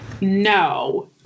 No